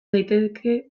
daiteke